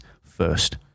first